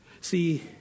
See